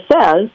says